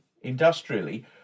industrially